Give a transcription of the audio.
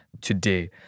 today